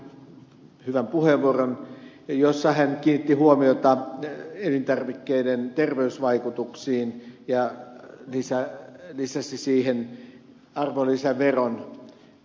lauslahti piti ihan hyvän puheenvuoron jossa hän kiinnitti huomiota elintarvikkeiden terveysvaikutuksiin ja lisäsi siihen arvonlisäveron vaikutukset